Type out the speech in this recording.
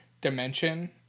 dimension